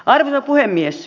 arvoisa puhemies